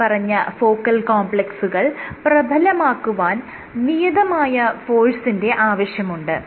മേല്പറഞ്ഞ ഫോക്കൽ കോംപ്ലെക്സുകൾ പ്രബലമാക്കുവാൻ നിയതമായ ഫോഴ്സിന്റെ ആവശ്യമുണ്ട്